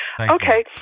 Okay